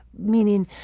meaning,